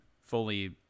fully